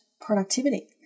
productivity